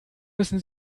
müssen